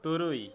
ᱛᱩᱨᱩᱭ